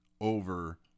over